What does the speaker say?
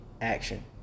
action